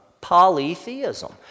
Polytheism